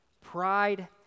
Pride